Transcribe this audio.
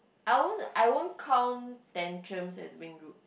I won't I won't count tantrums as being rude